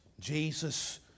Jesus